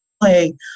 play